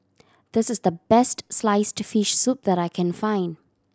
this is the best sliced fish soup that I can find